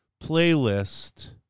playlist